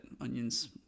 onions